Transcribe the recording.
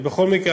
בכל מקרה,